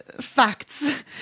facts